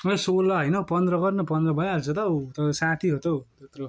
ओइ सोह्र होइन हौ पन्ध्र गर न पन्ध्र भइहाल्छ त हौ तँ त साथी हो त हौ त्यत्रो